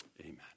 amen